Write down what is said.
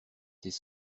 ces